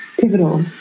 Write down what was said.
pivotal